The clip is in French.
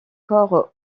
corps